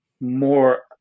more